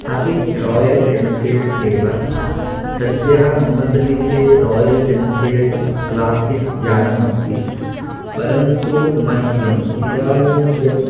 अपि Royal Enfield एव सद्यः मम समीपे रायल् एन्फ़ील्ड् क्लासिक् यानम् अस्ति परन्तु मह्यम् इदानीं यत्